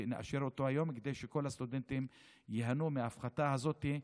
ונאשר אותו היום כדי שכל הסטודנטים ייהנו מההפחתה הזאת,